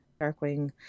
Darkwing